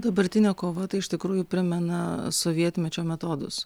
dabartinė kova tai iš tikrųjų primena sovietmečio metodus